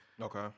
Okay